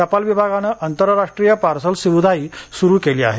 टपाल विभागाने आंतरराष्ट्रीय पार्सल सुविधाही सुरू केली आहे